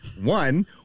One